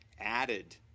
added